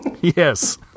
Yes